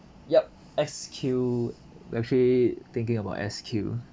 yup S_Q we're actually thinking about S_Q